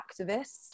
activists